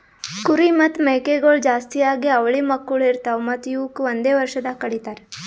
ಕುರಿ ಮತ್ತ್ ಮೇಕೆಗೊಳ್ ಜಾಸ್ತಿಯಾಗಿ ಅವಳಿ ಮಕ್ಕುಳ್ ಇರ್ತಾವ್ ಮತ್ತ್ ಇವುಕ್ ಒಂದೆ ವರ್ಷದಾಗ್ ಕಡಿತಾರ್